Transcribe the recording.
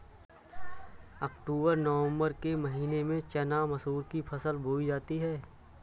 अक्टूबर नवम्बर के महीना में चना मसूर की फसल बोई जाती है?